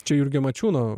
čia jurgio mačiūno